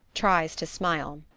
tries to smile.